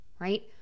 Right